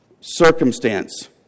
circumstance